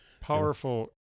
Powerful